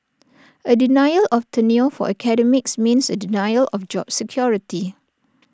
A denial of tenure for academics means A denial of job security